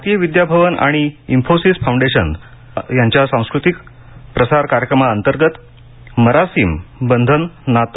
भारतीय विद्या भवन आणि इन्फोसिस फाऊंडेशनच्या सांस्कृतिक प्रसार कार्यक्रमांतर्गत मरासिम बंधन नाते